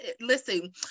Listen